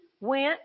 went